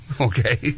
okay